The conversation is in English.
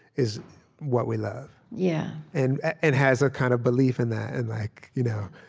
is what we love, yeah and and has a kind of belief in that and like you know